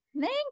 Thank